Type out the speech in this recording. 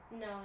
No